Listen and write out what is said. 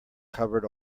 covered